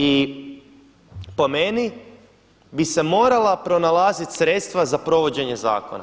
I po meni bi se morala pronalaziti sredstva za provođenje zakona.